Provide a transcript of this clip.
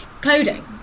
coding